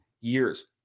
years